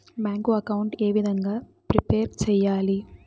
Bank account ఏ విధంగా prepare సెయ్యాలి?